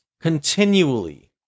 continually